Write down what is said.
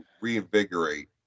reinvigorate